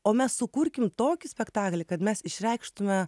o mes sukurkim tokį spektaklį kad mes išreikštume